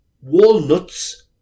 walnuts